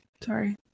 Sorry